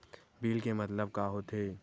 Bill के मतलब का होथे?